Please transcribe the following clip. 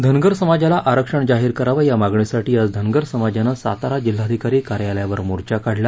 धनगर समाजाला आरक्षण जाहीर करावं या मागणीसाठी आज धनगर समाजानं सातारा जिल्हाधिकारी कार्यालयावर मोर्चा काढला